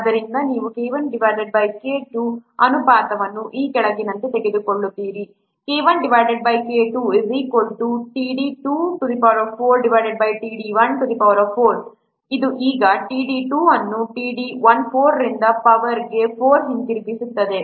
ಆದ್ದರಿಂದ ನೀವು K1 K2 ಅನುಪಾತವನ್ನು ಈ ಕೆಳಗಿನಂತೆ ತೆಗೆದುಕೊಳ್ಳುತ್ತೀರಿ K1K2 t4d2t4d1 ಇದು ಈಗ t d 2 ಅನ್ನು t d 1 4 ರಿಂದ ಪವರ್ 4 ಗೆ ಹಿಂತಿರುಗಿಸುತ್ತದೆ